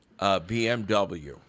BMW